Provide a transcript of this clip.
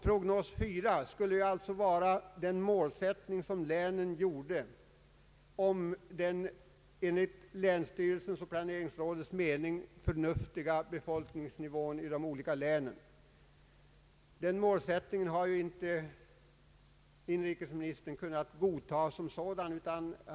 Prognos 4 skulle vara den enligt länsstyrelserna och planeringsråden förnuftiga befolkningsnivån i de olika länen. Denna målsättning som sådan har inrikesministern inte kunnat godta.